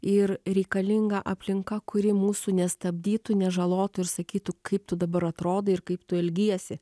ir reikalinga aplinka kuri mūsų nestabdytų nežalotų ir sakytų kaip tu dabar atrodai ir kaip tu elgiesi